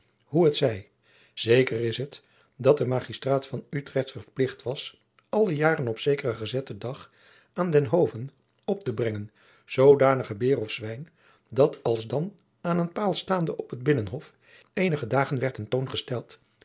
hoe t zij zeker is het dat de magistraat van utrecht verplicht was alle jaren op zekeren gezetten dag aan den hove op te brengen zoodanigen beer of zwijn dat alsdan aan een paal staande op het binnenhof eenige dagen werd ten toon gesteld